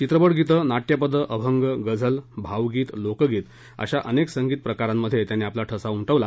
चित्रपटगीतं नाटयपदं अभंग गझल भावगीत लोकगीत अशा अनेक संगीत प्रकारात त्यांनी आपला ठसा उमटवला